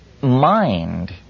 mind